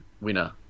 winner